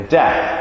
death